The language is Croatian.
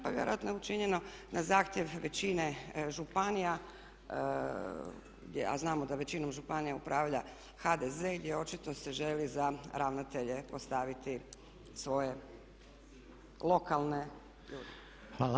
Pa vjerojatno je učinjeno na zahtjev većine županija a znamo da većinom županija upravlja HDZ gdje očito se želi za ravnatelje postaviti svoje lokalne ljude.